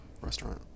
restaurant